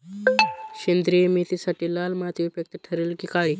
सेंद्रिय मेथीसाठी लाल माती उपयुक्त ठरेल कि काळी?